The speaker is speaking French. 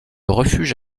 refuge